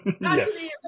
Yes